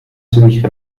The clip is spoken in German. zügig